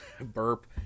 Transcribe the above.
Burp